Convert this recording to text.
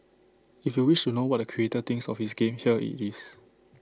if you wish to know what the creator thinks of his game here IT is